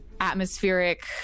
atmospheric